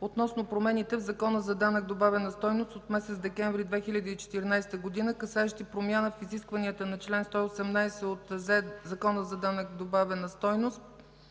относно промените за данък добавена стойност от месец декември 2014 г., касаещи промяна в изискванията на чл. 118 от Закона за данък добавена стойност,